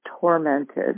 tormented